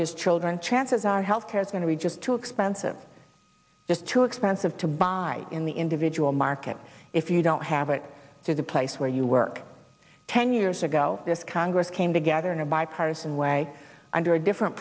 his children chances are health care is going to be just too expensive just too expensive to buy in the individual market if you don't have it to the place where you work ten years ago this congress came together in a bipartisan way under a different